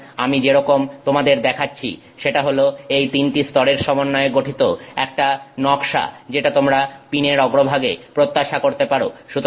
সুতরাং আমি যেরকম তোমাদের দেখাচ্ছি সেটা হলো এই তিনটি স্তরের সমন্বয়ে গঠিত একটা নকশা যেটা তোমরা পিনের অগ্রভাগে প্রত্যাশা করতে পারো